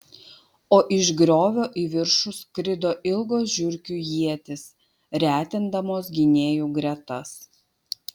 o iš griovio į viršų skrido ilgos žiurkių ietys retindamos gynėjų gretas